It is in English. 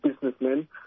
businessmen